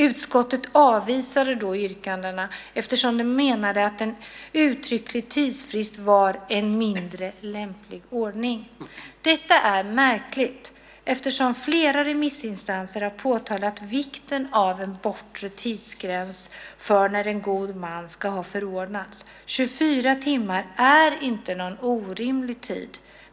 Utskottet avvisade då yrkandena, eftersom man menade att en uttrycklig tidsfrist var "en mindre lämplig ordning". Detta är märkligt eftersom flera remissinstanser har påtalat vikten av en bortre tidsgräns för när en god man ska ha förordnats. 24 timmar är inte någon orimlig tid.